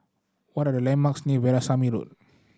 what are the landmarks near Veerasamy Road